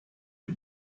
the